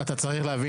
אתה צריך להביא